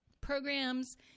programs